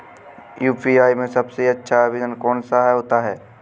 UPI में सबसे अच्छा आवेदन कौन सा होता है?